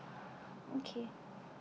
okay